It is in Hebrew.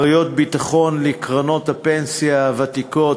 (כריות ביטחון לקרנות הפנסיה הוותיקות),